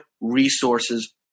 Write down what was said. resources